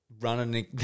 running